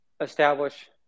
establish